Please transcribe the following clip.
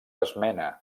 esmena